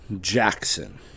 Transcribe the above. Jackson